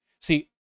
See